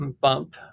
bump